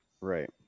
Right